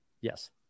Yes